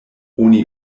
oni